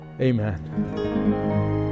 Amen